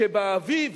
שבאביב